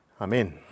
amen